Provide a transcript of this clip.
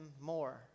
more